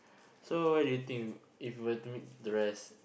so what do we think if we were to meet the rest